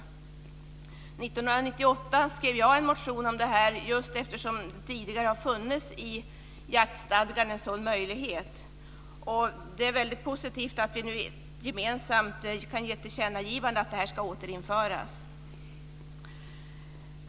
1998 skrev jag en motion om detta eftersom det tidigare har funnits i jaktstadgan en sådan möjlighet. Det är väldigt positivt att vi nu gemensamt kan göra ett tillkännagivande om att detta ska återinföras.